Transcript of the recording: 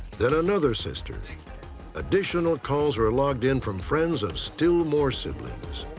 then another sister. additional calls were logged in from friends of still more siblings.